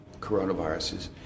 coronaviruses